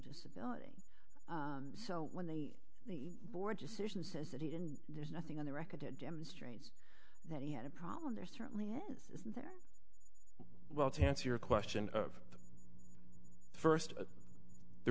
disability so when they the board decision says that he did and there's nothing on the record to demonstrate that he had a problem there certainly is well to answer your question of the first there